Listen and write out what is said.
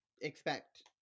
expect